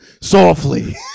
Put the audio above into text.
Softly